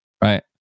right